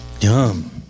Yum